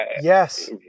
Yes